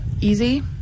easy